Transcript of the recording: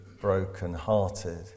brokenhearted